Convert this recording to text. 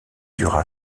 dura